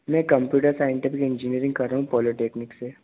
मैं computer scientific engineering कर रहा हूँ पॉलोटेक्नीक से